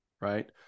right